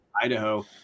Idaho